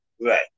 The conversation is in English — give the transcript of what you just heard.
right